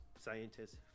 scientists